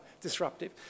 disruptive